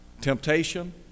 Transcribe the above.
temptation